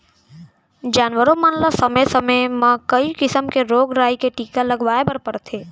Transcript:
जानवरों मन ल समे समे म कई किसम के रोग राई के टीका लगवाए बर परथे